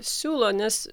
siūlo nes